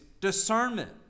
discernment